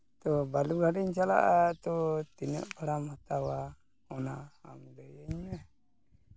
ᱛᱚ ᱵᱟᱞᱩᱜᱷᱟᱴᱤᱧ ᱪᱟᱞᱟᱜᱼᱟ ᱛᱚ ᱛᱤᱱᱟᱹᱜ ᱵᱷᱟᱲᱟᱢ ᱦᱟᱛᱟᱣᱟ ᱚᱱᱟ ᱟᱢ ᱞᱟᱹᱭᱟᱹᱧ ᱢᱮ